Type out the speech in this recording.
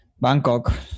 Bangkok